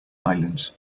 islands